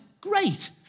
great